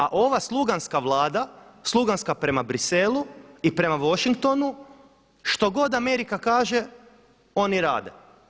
A ova sluganska vlada, sluganska prema Briselu i prema Washingtonu što god Amerika kaže oni rade.